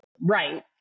right